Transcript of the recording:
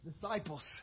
disciples